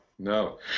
No